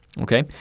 okay